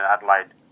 Adelaide